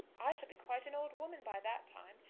i shall be quite an old woman by that time,